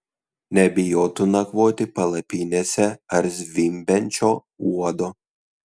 nebijotų nakvoti palapinėse ar zvimbiančio uodo